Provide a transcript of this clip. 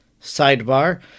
Sidebar